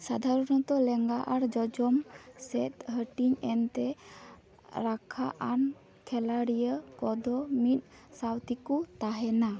ᱥᱟᱫᱷᱟᱨᱚᱱᱚᱛᱚ ᱞᱮᱸᱜᱟ ᱟᱨ ᱡᱚᱡᱚᱢ ᱥᱮᱫ ᱦᱟᱹᱴᱤᱧ ᱮᱱᱛᱮ ᱨᱟᱠᱷᱟ ᱟᱱ ᱠᱷᱮᱞᱚᱰᱤᱭᱟᱹ ᱠᱚᱫᱚ ᱢᱤᱫ ᱥᱟᱶ ᱛᱮᱠᱚ ᱛᱟᱦᱮᱱᱟ